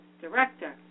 director